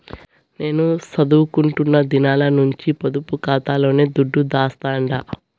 నేను సదువుకుంటున్న దినాల నుంచి పొదుపు కాతాలోనే దుడ్డు దాస్తండా